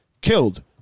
killed